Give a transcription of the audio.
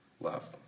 love